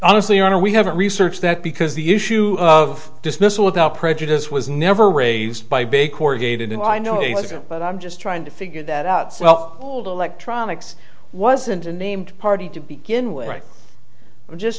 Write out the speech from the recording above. honestly ana we haven't researched that because the issue of dismissal without prejudice was never raised by big corrugated and i know it isn't but i'm just trying to figure that out so well old electronics wasn't a named party to begin with right just